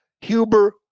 Huber